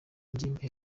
ngimbi